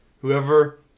whoever